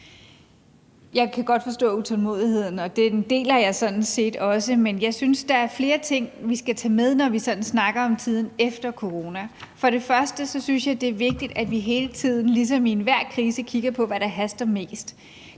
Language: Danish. Jeg kan godt forstå utålmodigheden, og den deler jeg sådan set også, men jeg synes, der er flere ting, vi skal tage med, når vi sådan snakker om tiden efter corona. For det første synes jeg, det er vigtigt, at vi hele tiden ligesom i enhver krise kigger på, hvad der haster mest.